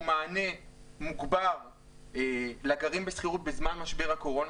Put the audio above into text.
מענה מוגבר לגרים בשכירות בזמן משבר הקורונה.